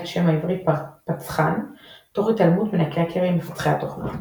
השם העברי "פרצן" תוך התעלמות מן הקראקרים מפצחי התוכנה.